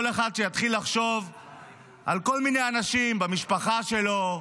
כל אחד שיתחיל לחשוב על כל מיני אנשים במשפחה שלו,